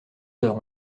heures